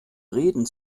reden